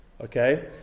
Okay